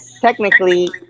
technically